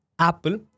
Apple